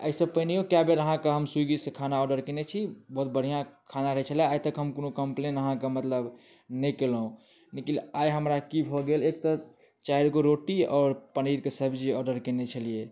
एहि सऽ पहिनेहियो कए बेर अहाँके ऽ स्वीगीसऽ खाना आर्डर कयने छी बहुत बढ़िऑं खाना रहै छलए आइतक हम कोनो कम्पलेन अहाँके मतलब नहि केलहुॅं लेकिन आइ हमरा की भऽ गेल एक तऽ चारि गो रोटी आओर पनीर के सब्जी आर्डर कयने छलियै